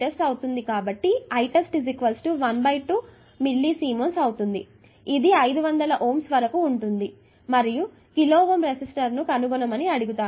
కాబట్టి Itest 1 2 milli siemens అవుతుంది ఇది 500Ω వరకు ఉంటుంది మరియు కిలోΩ రెసిస్టర్ ను కనుగొన్నమని అడిగారు